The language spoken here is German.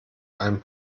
einen